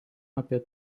apie